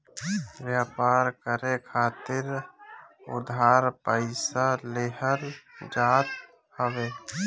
व्यापार करे खातिर उधार पईसा लेहल जात हवे